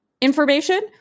information